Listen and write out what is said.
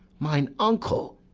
mine uncle!